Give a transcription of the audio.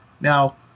Now